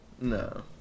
No